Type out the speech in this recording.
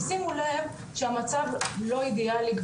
שימו לב שהמצב לא אידיאלי,